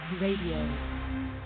Radio